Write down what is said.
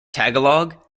tagalog